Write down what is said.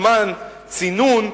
זמן צינון,